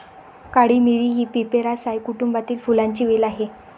काळी मिरी ही पिपेरासाए कुटुंबातील फुलांची वेल आहे